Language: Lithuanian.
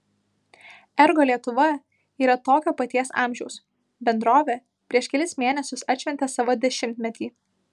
ergo lietuva yra tokio paties amžiaus bendrovė prieš kelis mėnesius atšventė savo dešimtmetį